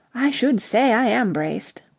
i should say i am braced.